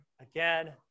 again